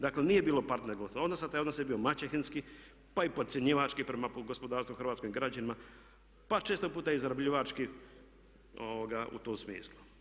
Dakle nije bilo partnerskog odnosa, taj odnos je bio maćehinski pa i podcjenjivački prema gospodarstvu i hrvatskim građanima, pa često puta i izrabljivački u tom smislu.